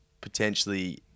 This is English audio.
potentially